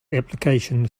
application